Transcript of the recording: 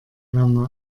werner